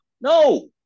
no